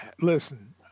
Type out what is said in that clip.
listen